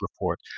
report